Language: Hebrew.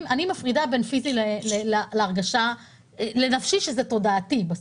מפרידה בין פיזי לנפשי שבסוף זה תודעתי.